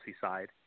side